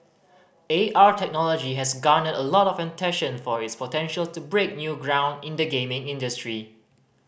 A R technology has garnered a lot of attention for its potential to break new ground in the gaming industry